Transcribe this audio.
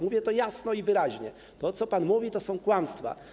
Mówię to jasno i wyraźnie: to, co pan mówi, to są kłamstwa.